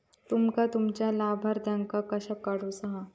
तुमका तुमच्या लाभार्थ्यांका कशाक काढुचा हा?